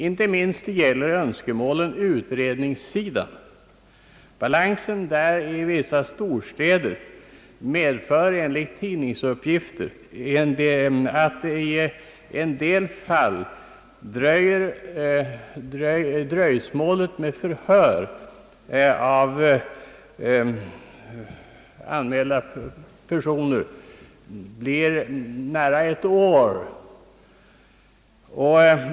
Inte minst gäller önskemålen utredningssidan. Balansen där i vissa storstäder medför enligt tidningsuppgifter i vissa fall dröjsmål med förhör på nästan ett år av anmälda personer.